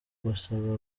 gusaba